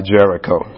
Jericho